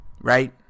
right